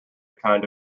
kind